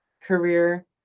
career